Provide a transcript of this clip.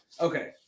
Okay